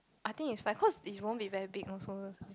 I think is fine cause it won't be very big also